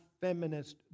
feminist